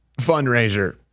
fundraiser